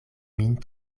min